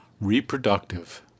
Reproductive